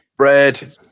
Red